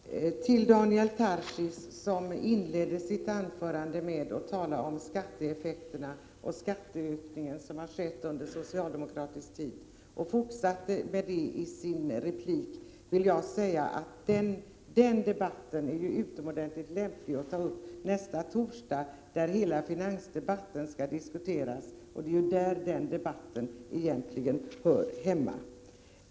Herr talman! Till Daniel Tarschys, som inledde sitt anförande med att tala om skatteeffekterna och skatteökningen som skett under socialdemokraternas regeringstid och fortsatte med det i sin replik, vill jag säga att den debatten är utomordentligt lämplig att ta upp nästa torsdag, när hela finanspolitiken skall diskuteras. Det är där den debatten egentligen hör hemma.